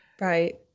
Right